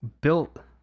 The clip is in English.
built